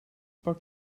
pak